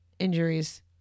injuries